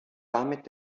damit